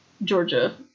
Georgia